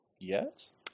Yes